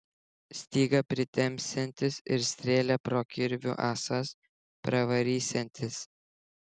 stygą pritempsiantis ir strėlę pro kirvių ąsas pravarysiantis